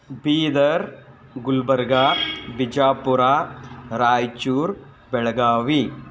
Bidar Gulbarga Bijapur Raichur Belagavi